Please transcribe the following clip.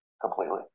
completely